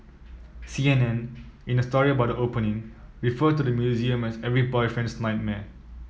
C N N in a story about the opening referred to the museum as every boyfriend's nightmare